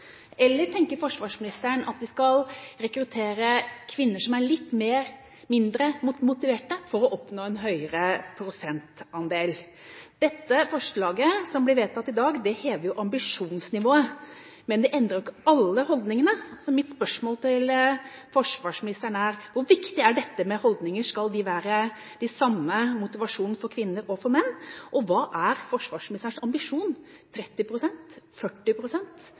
eller om forsvarsministeren tenker at vi skal rekruttere kvinner som er litt mindre motiverte, for å oppnå en høyere prosentandel. Forslaget som blir vedtatt i dag, hever ambisjonsnivået, men det endrer ikke alle holdningene. Så mitt spørsmål til forsvarsministeren er: Hvor viktig er dette med holdninger? Skal de være de samme når det gjelder motivasjon, for kvinner og menn? Og: Hva er forsvarsministerens ambisjon